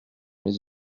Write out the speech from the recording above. mais